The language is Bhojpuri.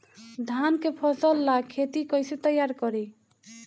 धान के फ़सल ला खेती कइसे तैयार करी?